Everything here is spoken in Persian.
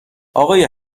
آقای